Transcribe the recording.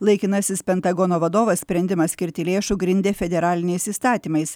laikinasis pentagono vadovas sprendimą skirti lėšų grindė federaliniais įstatymais